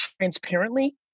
transparently